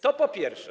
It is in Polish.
To po pierwsze.